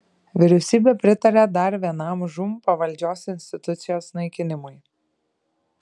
vyriausybė pritarė dar vienam žūm pavaldžios institucijos naikinimui